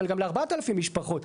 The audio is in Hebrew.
אלא גם ל-4,000 משפחות.